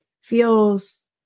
feels